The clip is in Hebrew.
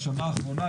בשנה האחרונה,